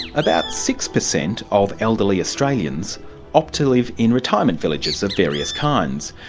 about six percent of elderly australians opt to live in retirement villages of various kinds.